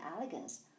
elegance